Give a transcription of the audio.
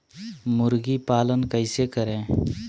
मुर्गी पालन कैसे करें?